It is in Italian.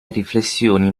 riflessioni